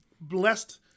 blessed